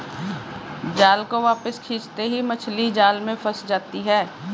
जाल को वापस खींचते ही मछली जाल में फंस जाती है